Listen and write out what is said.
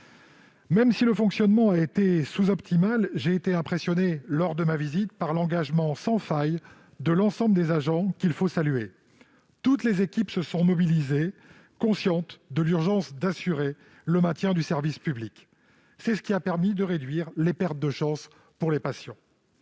Même si le fonctionnement a été sous-optimal, j'ai été impressionné lors de ma visite par l'engagement sans faille de l'ensemble des agents, un engagement qu'il faut saluer. Toutes les équipes se sont mobilisées, conscientes de l'urgence d'assurer le maintien du service public. C'est ce qui a permis de réduire les pertes de chances pour les patients.